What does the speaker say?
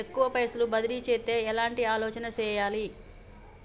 ఎక్కువ పైసలు బదిలీ చేత్తే ఎట్లాంటి ఆలోచన సేయాలి?